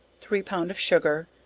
three pound of sugar,